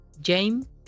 James